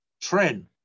Trend